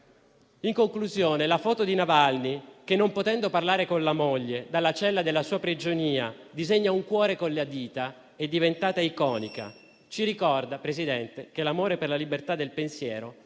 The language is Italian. In conclusione, la foto di Navalny che, non potendo parlare con la moglie, dalla cella della sua prigionia disegna un cuore con le dita è diventata iconica. Ci ricorda, signor Presidente, che l'amore per la libertà del pensiero